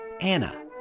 Anna